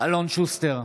אלון שוסטר,